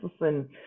listen